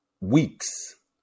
weeks